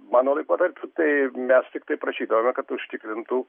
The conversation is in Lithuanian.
mano laikotarpiu tai mes tiktai prašydavome kad užtikrintų